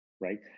right